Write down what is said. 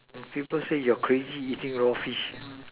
people say your crazy eating raw fish